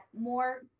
more